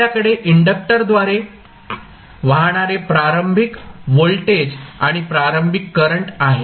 आपल्याकडे इंडक्टरद्वारे वाहणारे प्रारंभिक व्होल्टेज आणि प्रारंभिक करंट आहे